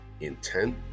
intent